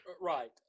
Right